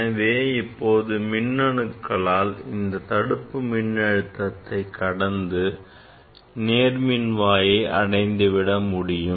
எனவே இப்போது மின்னணுக்களால் இந்த தடுப்பு மின்னழுத்தத்தை கடந்து நேர்மின் வாயை அடைந்து விட முடியும்